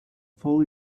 fall